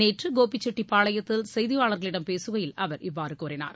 நேற்று கோபிச்செட்டிப்பாளையத்தில் செய்தியாளர்களிடம் பேசுகையில் அவர் இவ்வாறு கூறினார்